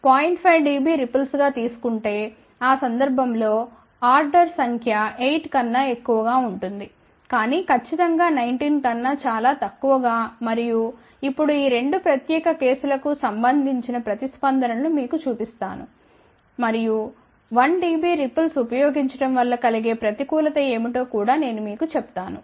5 dB ripples గా తీసు కుంటే ఆ సందర్భంలో ఆర్డర్ సంఖ్య 8 కన్నా ఎక్కువ ఉంటుంది కానీ ఖచ్చితం గా 19 కన్నా చాలా తక్కువ మరియు ఇప్పుడు ఈ రెండు ప్రత్యేక కేసులకు ప్రతిస్పందన లను మీకు చుపిస్తాము మరియు 1 డిబి రిపుల్స్ ఉపయోగించడం వల్ల కలిగే ప్రతికూలత ఏమిటో కూడా నేను మీకు చెప్తాను